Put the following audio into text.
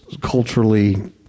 culturally